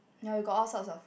ya we got all sorts of